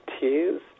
tears